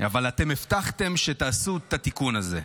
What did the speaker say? אבל אתם הבטחתם שתעשו את התיקון הזה.